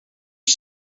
nhw